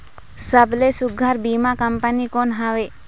सबले सुघ्घर बीमा कंपनी कोन हवे?